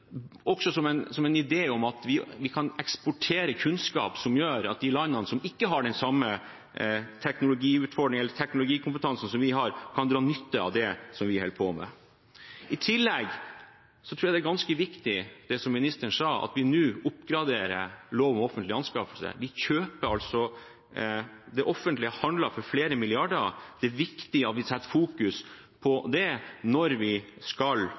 også som en idé om at vi kan eksportere kunnskap som gjør at de landene som ikke har den samme teknologikompetansen som vi har, kan dra nytte av det som vi holder på med. I tillegg tror jeg det er ganske viktig, som ministeren sa, at vi nå oppgraderer lov om offentlige anskaffelser. Det offentlige handler for flere milliarder, og det er viktig at vi fokuserer på det når vi skal